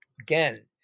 Again